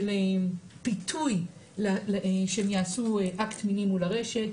של פיתוי שהם יעשו אקט מיני מול הרשת.